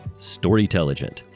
Storytelligent